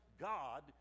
God